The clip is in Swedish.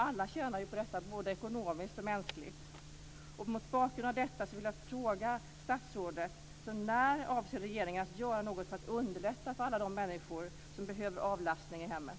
Alla tjänar på detta både ekonomiskt och mänskligt.